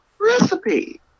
recipe